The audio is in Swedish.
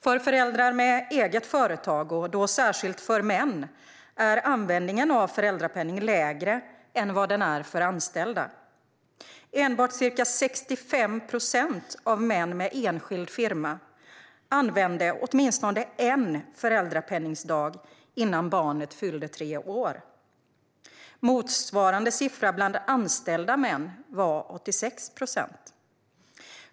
För föräldrar med eget företag, och då särskilt för män, är användningen av föräldrapenning lägre än vad den är för anställda. Enbart ca 65 procent av män med enskild firma använde åtminstone en föräldrapenningsdag innan barnet fyllde tre år. Motsvarande siffra bland anställda män var 86 procent.